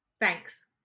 Thanks